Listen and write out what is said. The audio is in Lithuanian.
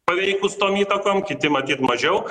paveikūs tom įtakom kiti matyt mažiau